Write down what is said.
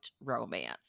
romance